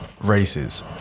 races